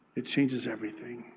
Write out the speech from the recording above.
it changes everything.